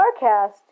StarCast